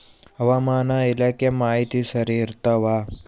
ಹವಾಮಾನ ಇಲಾಖೆ ಮಾಹಿತಿ ಸರಿ ಇರ್ತವ?